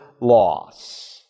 loss